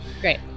Great